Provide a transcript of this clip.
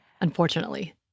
unfortunately